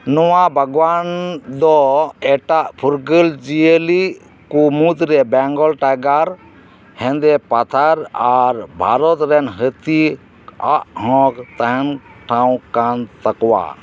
ᱱᱚᱶᱟ ᱵᱟᱜᱽᱣᱟᱱ ᱫᱚ ᱮᱴᱟᱜ ᱯᱷᱩᱨᱜᱟᱹᱞ ᱡᱤᱭᱟᱹᱞᱤ ᱠᱚ ᱢᱩᱫᱽᱨᱮ ᱵᱮᱝᱜᱚᱞ ᱴᱟᱭᱜᱟᱨ ᱦᱮᱸᱫᱮ ᱯᱟᱛᱷᱟᱨ ᱟᱨ ᱵᱷᱟᱨᱚᱛ ᱨᱮᱱ ᱦᱟᱹᱛᱤ ᱟᱜᱽ ᱦᱚᱸ ᱛᱟᱦᱮᱱ ᱴᱷᱟᱶ ᱠᱟᱱ ᱛᱟᱠᱚᱣᱟ